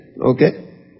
Okay